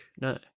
No